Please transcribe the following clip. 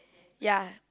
ya